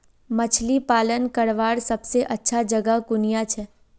मछली पालन करवार सबसे अच्छा जगह कुनियाँ छे?